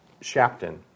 Shapton